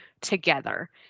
together